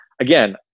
again